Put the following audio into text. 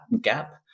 gap